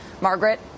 Margaret